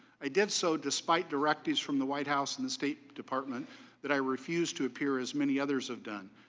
i did so despite directors from the white house and the state department that i refused to appear as many others have done.